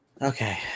Okay